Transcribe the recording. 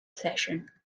session